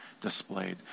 displayed